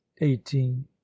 eighteen